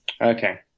Okay